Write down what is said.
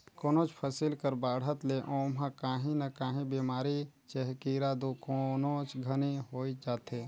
कोनोच फसिल कर बाढ़त ले ओमहा काही न काही बेमारी चहे कीरा दो कोनोच घनी होइच जाथे